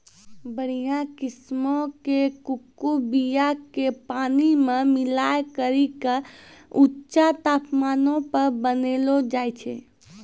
बढ़िया किस्मो के कोको बीया के पानी मे मिलाय करि के ऊंचा तापमानो पे बनैलो जाय छै